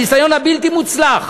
הניסיון הבלתי-מוצלח